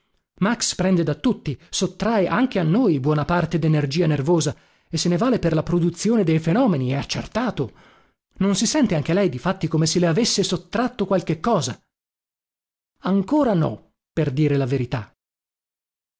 max prende da tutti sottrae anche a noi buona parte denergia nervosa e se ne vale per la produzione dei fenomeni è accertato non si sente anche lei difatti come se le avessero sottratto qualche cosa ancora no per dire la verità